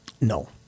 No